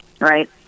right